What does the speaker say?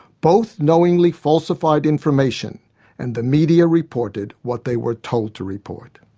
both knowingly falsified information and the media reported what they were told to report.